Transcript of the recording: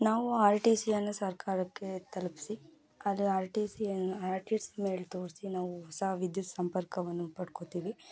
ನಾವು R T C ಅನ್ನು ಸರ್ಕಾರಕ್ಕೆ ತಲುಪಿಸಿ ಅದು ಆರ್ ಟಿ ಸಿ ಅನ್ನು ಆರ್ ಟಿ ಸಿ ಮೇಲೆ ತೋರಿಸಿ ನಾವು ಹೊಸ ವಿದ್ಯುತ್ ಸಂಪರ್ಕವನ್ನು ಪಡ್ಕೊತೀವಿ